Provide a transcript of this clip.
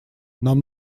нам